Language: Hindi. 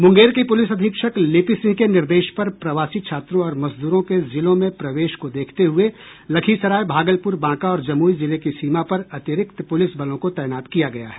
मुंगेर की पूलिस अधीक्षक लिपि सिंह के निर्देश पर प्रवासी छात्रों और मजदूरों के जिलों में प्रवेश को देखते हुए लखीसराय भागलपुर बांका और जमुई जिले की सीमा पर अतिरिक्त पुलिस बलों को तैनात किया गया है